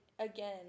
again